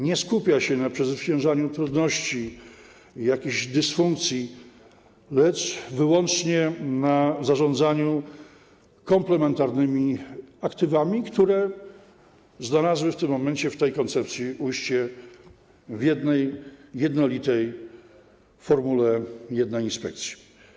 Nie skupia się na przezwyciężaniu trudności, jakichś dysfunkcji, lecz wyłącznie na zarządzaniu komplementarnymi aktywami, które znalazły w tym momencie, w tej koncepcji ujście w jednolitej formule jednej inspekcji.